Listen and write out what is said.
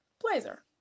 blazer